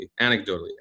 anecdotally